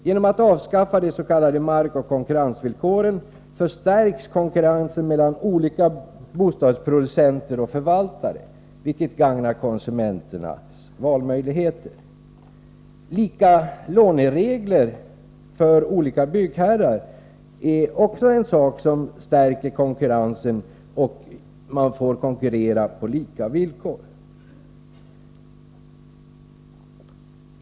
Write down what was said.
Genom att avskaffa de s.k. markoch konkurrensvillkoren förstärks konkurrensen mellan olika bostadsproducenter och förvaltare, vilket gagnar konsumenternas valmöjligheter. Konkurrensen förstärks även genom att man tillämpar lika låneregler för olika byggherrar, som därigenom får konkurrera på lika villkor.